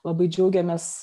labai džiaugėmės